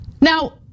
Now